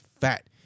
fat